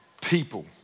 people